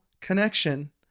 connection